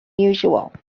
usual